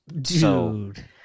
Dude